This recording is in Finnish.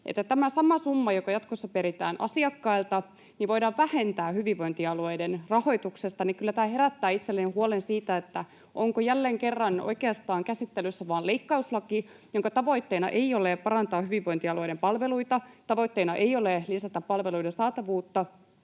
tämä sama summa, joka jatkossa peritään asiakkailta, voidaan vähentää hyvinvointialueiden rahoituksesta, niin kyllä tämä herättää itselleni huolen siitä, onko jälleen kerran oikeastaan käsittelyssä vain leikkauslaki, jonka tavoitteena ei ole parantaa hyvinvointialueiden palveluita, tavoitteena ei ole lisätä palveluiden saatavuutta,